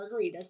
margaritas